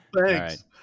Thanks